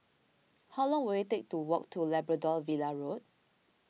how long will it take to walk to Labrador Villa Road